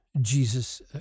Jesus